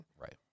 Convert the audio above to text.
Right